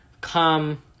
come